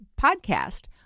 podcast